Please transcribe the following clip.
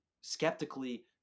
skeptically